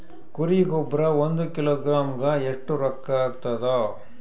ಕುರಿ ಗೊಬ್ಬರ ಒಂದು ಕಿಲೋಗ್ರಾಂ ಗ ಎಷ್ಟ ರೂಕ್ಕಾಗ್ತದ?